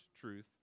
truth